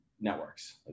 networks